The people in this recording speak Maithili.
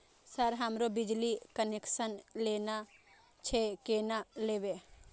सर हमरो बिजली कनेक्सन लेना छे केना लेबे?